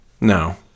No